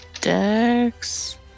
Dex